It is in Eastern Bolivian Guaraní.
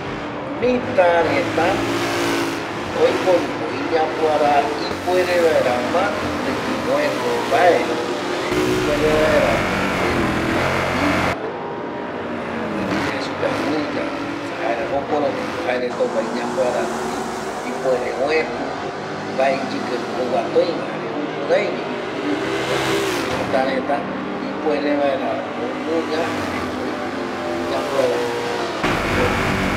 Mita reta oiporuko iñapuara ipuere vaera matƚgui oëtu mbae jare ipuere vaeravi oipƚ jembiura, ipuere yae supu anguya esa jaera jokoropiko jaereta opa iñapuara rupi, ipuere oëtu mbae iyƚke rupi mbae oguata oïpa jare jukuraivi ijƚrƚkƚ kua mita reta ipuere vaera omuña jare oipƚ iñapuarako oiporu